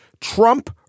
Trump